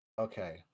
Okay